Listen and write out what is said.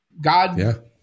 God